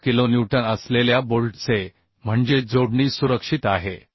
26 kilonewton असलेल्या बोल्टचे म्हणजे जोडणी सुरक्षित आहे